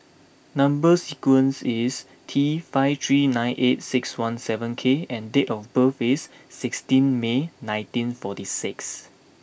number sequence is T five three nine eight six one seven K and date of birth is sixteen May nineteen forty six